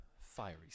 fiery